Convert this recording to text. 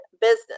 business